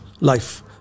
life